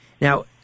Now